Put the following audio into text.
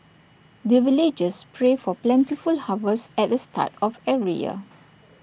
the villagers pray for plentiful harvest at the start of every year